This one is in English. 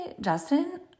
Justin